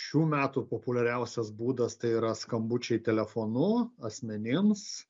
šių metų populiariausias būdas tai yra skambučiai telefonu asmenims